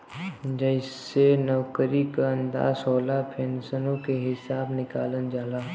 जइसे नउकरी क अंदाज होला, पेन्सनो के हिसब निकालल जाला